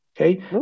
Okay